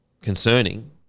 concerning